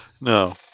No